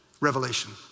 Revelation